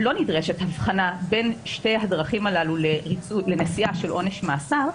לא נדרשת הבחנה בין שתי הדרכים הללו לנשיאה של עונש מאסר,